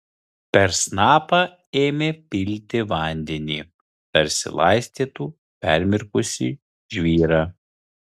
per snapą ėmė pilti vandenį tarsi laistytų permirkusį žvyrą